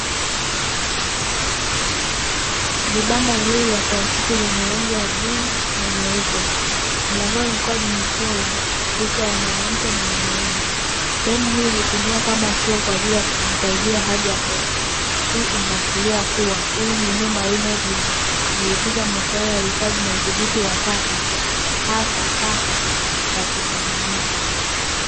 Vibanda viwili vya plastiki vyenye rangi ya bluu na nyeupe. Mlangoni vikiwa vimechorwa picha ya mwanamke na mwanaume. Sehemu hii hutumiwa kama Choo, kwa ajili ya kujisaidia haja ndogo. Hii inashuria kuwa, ili ni eneo maalumu linalojuhusisha na maswala ya uhifadhi na udhibiti wa taka, hasa taka za kimiminika.